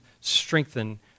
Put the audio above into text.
Strengthen